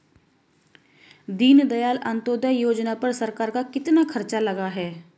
दीनदयाल अंत्योदय योजना पर सरकार का कितना खर्चा लगा है?